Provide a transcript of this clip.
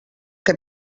que